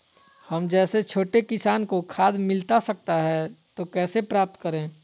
हम जैसे छोटे किसान को खाद मिलता सकता है तो कैसे प्राप्त करें?